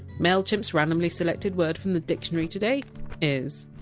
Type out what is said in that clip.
mailchimp! s randomly selected word from the dictionary today is!